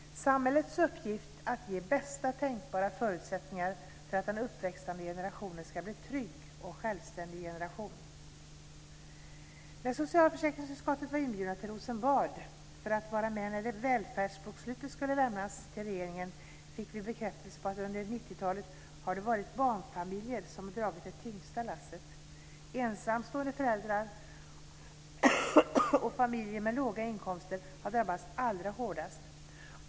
Samhällets uppgift är att ge bästa tänkbara förutsättningar för att den uppväxande generationen barn ska bli trygga och självständiga. När socialförsäkringsutskottet var inbjudet till Rosenbad för att vara med när utredningen om välfärdsbokslutet skulle lämnas över till regeringen fick vi en bekräftelse på att det under 90-talet var barnfamiljerna som drog det tyngsta lasset. Ensamstående föräldrar och familjer med låga inkomster har drabbats allra hårdast.